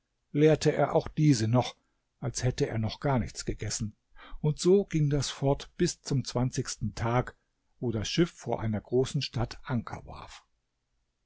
leerte er auch diese noch als hätte er noch gar nichts gegessen und so ging das fort bis zum zwanzigsten tag wo das schiff vor einer großen stadt anker warf